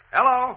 Hello